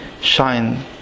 shine